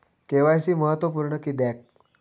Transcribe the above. KYC महत्त्वपुर्ण किद्याक?